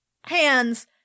hands